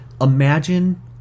imagine